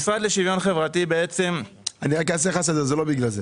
זה לא בגלל זה.